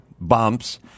bumps